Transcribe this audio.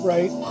Right